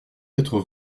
quatre